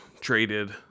traded